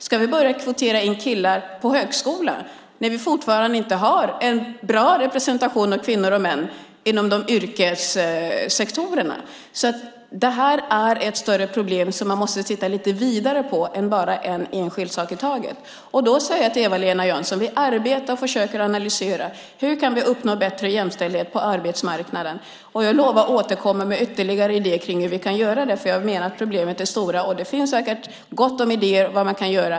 Ska vi börja kvotera in killar på högskolan när vi fortfarande inte har en bra representation av kvinnor och män i de yrkessektorerna? Det här är ett större problem som man måste titta lite vidare på och inte bara se en enskild sak i taget. Då säger jag till Eva-Lena Jansson: Vi arbetar och försöker analysera hur vi kan uppnå bättre jämställdhet på arbetsmarknaden. Jag lovar att återkomma med ytterligare idéer om hur vi kan göra det. Jag menar att problemen är stora, och det finns säkert gott om idéer om vad man kan göra.